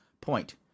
point